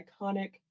iconic